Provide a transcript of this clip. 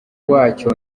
wacyo